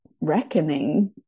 reckoning